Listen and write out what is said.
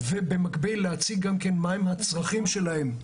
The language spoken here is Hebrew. במקביל, להציג מהם הצרכים שלהם.